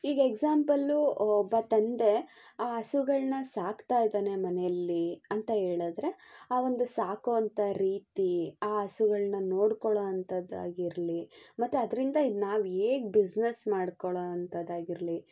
ಈಗ ಎಕ್ಸಾಪಲ್ಲು ಒಬ್ಬ ತಂದೆ ಹಸುಗಳನ್ನ ಸಾಕ್ತಾ ಇದ್ದಾನೆ ಮನೆಯಲ್ಲಿ ಅಂತ ಹೇಳಿದ್ರೆ ಆ ಒಂದು ಸಾಕುವಂತ ರೀತಿ ಆ ಹಸುಗಳನ್ನ ನೋಡಿಕೊಳ್ಳೋವಂತದ್ದಾಗಿರಲಿ ಮತ್ತು ಅದರಿಂದ ನಾವು ಹೇಗ್ ಬಿಸ್ನೆಸ್ ಮಾಡಿಕೊಳ್ಳುವಂತದ್ದಾಗಿರ್ಲಿ